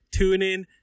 TuneIn